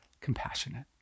compassionate